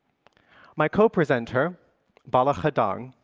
my co-presenter balla khadang,